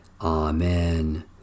Amen